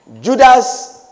Judas